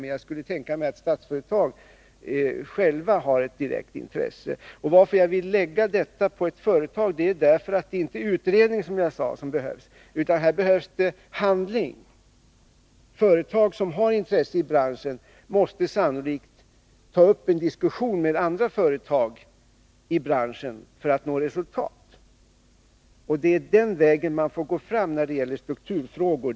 Men jag kan tänka mig att Statsföretag självt har ett direkt intresse av detta. Att jag vill lägga detta på ett företag beror på att det inte är utredning som behövs, utan här behövs det handling. Företag som har intresse i branschen måste sannolikt ta upp en diskussion med andra företag i branschen för att nå resultat. Det är den vägen man får gå fram när det gäller strukturfrågor.